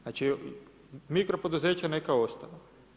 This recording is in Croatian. Znači, mikro poduzeća neka ostanu.